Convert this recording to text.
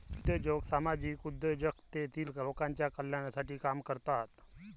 उद्योजक सामाजिक उद्योजक तेतील लोकांच्या कल्याणासाठी काम करतात